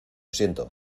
siento